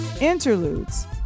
Interludes